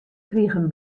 krigen